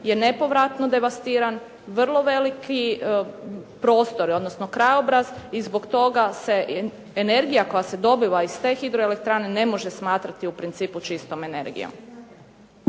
je nepovratno devastiran vrlo veliki prostor, odnosno krajobraz i zbog toga se energija koja se dobiva iz te hidroelektrane ne može smatrati u principu čistom energijom.